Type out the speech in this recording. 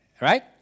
right